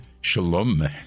Shalom